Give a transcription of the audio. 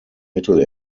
mittel